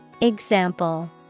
Example